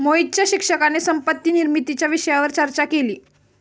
मोहितच्या शिक्षकाने संपत्ती निर्मितीच्या विषयावर चर्चा केली